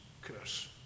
curse